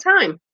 time